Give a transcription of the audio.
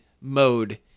mode